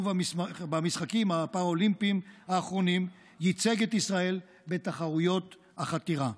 ובמשחקים הפראלימפיים האחרונים ייצג את ישראל בתחרויות החתירה.